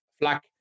flack